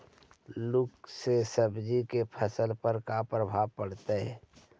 लुक से सब्जी के फसल पर का परभाव पड़तै?